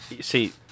See